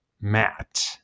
Matt